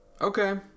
okay